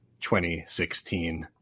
2016